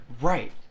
Right